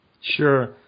Sure